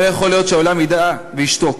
לא יכול להיות שהעולם ידע וישתוק.